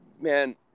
man